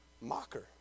mocker